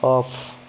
off